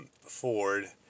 Ford